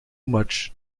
much